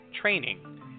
training